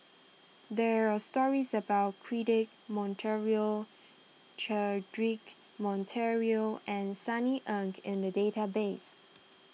there are stories about Cedric Monteiro Cedric Monteiro and Sunny Ang in the database